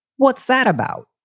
what's that about?